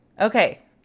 Okay